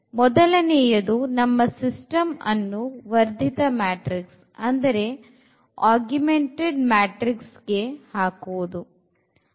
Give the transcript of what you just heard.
ಮೊದಲನೆಯದು ನಮ್ಮ ಸಿಸ್ಟಮ್ ಅನ್ನು ವರ್ಧಿತ ಮ್ಯಾಟ್ರಿಕ್ಸ್ ಅಂದರೆ ಆಗುಮೆಂಟೆಡ್ ಮ್ಯಾಟ್ರಿಕ್ಸ್ ಗೆ ಹಾಕುವುದು